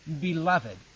beloved